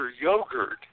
yogurt